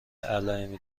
علائمی